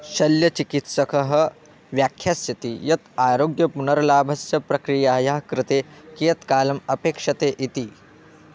शल्यचिकित्सकः व्याख्यास्यति यत् आरोग्यपुनर्लाभस्य प्रक्रियायाः कृते कियत्कालं अपेक्ष्यते इति